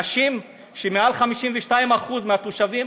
אנשים שמעל 52% מהתושבים,